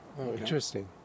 Interesting